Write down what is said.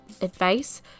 advice